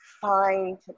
find